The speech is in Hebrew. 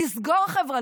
לסגור חברה?